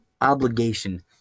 obligation